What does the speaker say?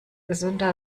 gesünder